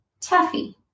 Tuffy